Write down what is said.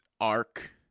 arc